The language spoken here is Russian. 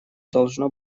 должно